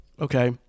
Okay